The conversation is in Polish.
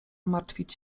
martwić